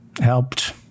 helped